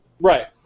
Right